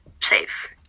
safe